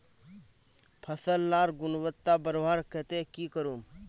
फसल लार गुणवत्ता बढ़वार केते की करूम?